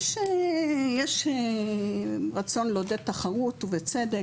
יש רצון לעודד תחרות ובצדק,